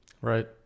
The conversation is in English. Right